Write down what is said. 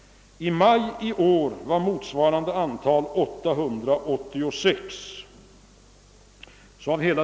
I maj i år var motsvarande antal 886.